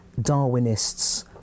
Darwinists